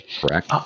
correct